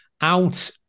out